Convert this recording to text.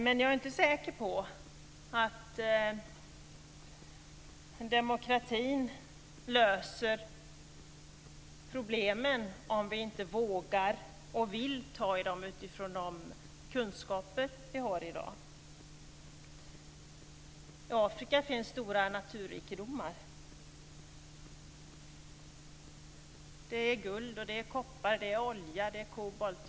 Men jag är inte säker på att demokratin löser problemen om vi inte vågar och vill ta i dem utifrån de kunskaper vi har i dag. I Afrika finns stora naturrikedomar. Det är guld, koppar, olja och kobolt.